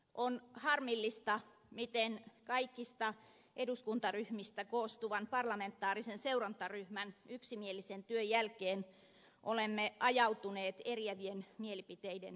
on harmillista miten kaikista eduskuntaryhmistä koostuvan parlamentaarisen seurantaryhmän yksimielisen työn jälkeen olemme ajautuneet eriävien mielipiteiden tielle